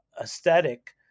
aesthetic